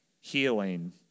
healing